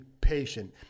patient